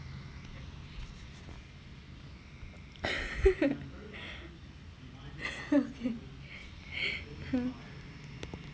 hmm